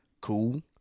cool